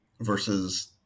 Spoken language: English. versus